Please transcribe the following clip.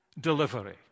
delivery